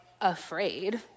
afraid